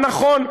נכון,